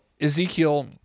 Ezekiel